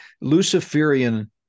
Luciferian